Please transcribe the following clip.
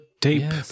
tape